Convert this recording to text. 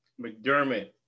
McDermott